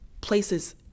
places